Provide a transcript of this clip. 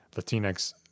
Latinx